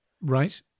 Right